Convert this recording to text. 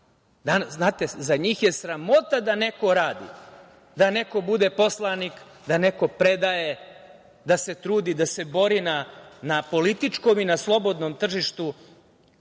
Znate, za njih je sramota da neko radi, da neko bude poslanik, da neko predaje, da se trudi, da se bori na političkom i na slobodnom tržištu